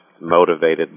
motivated